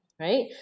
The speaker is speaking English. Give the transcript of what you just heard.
right